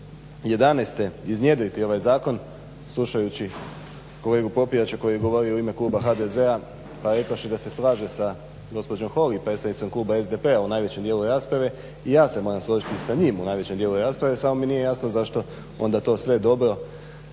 2011. Iznjedriti ovaj zakon slušajući kolegu Popijača koji govori u ime kluba HDZ-a rekavši da se slaže sa gospođom Holy, predstavnicom Kluba SDP-a u najvećem dijelu rasprave. I ja se moram složiti s njim u najvećem dijelu rasprave samo mi nije jasno zašto onda to sve dobro